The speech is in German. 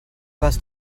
was